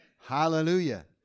Hallelujah